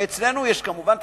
ואצלנו תמיד אומרים: